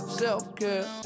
Self-care